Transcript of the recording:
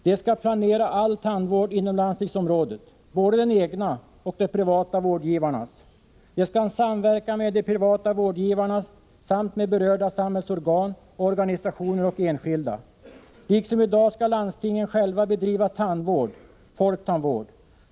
De skall planera all tandvård inom landstingsområdet, både den egna och de privata vårdgivarnas. De skall samverka med de privata vårdgivarna samt med berörda samhällsorgan, organisationer och enskilda. Liksom i dag skall landstingen själva bedriva tandvård — folktandvård.